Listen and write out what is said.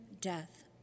death